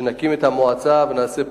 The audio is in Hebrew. שנקים את המועצה ונעשה פעילות,